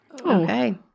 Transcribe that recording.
Okay